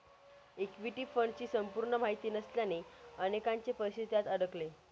equity फंडची संपूर्ण माहिती नसल्याने अनेकांचे पैसे त्यात अडकले